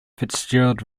fitzgerald